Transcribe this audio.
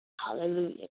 Hallelujah